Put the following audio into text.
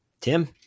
Tim